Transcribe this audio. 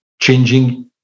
changing